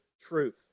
truth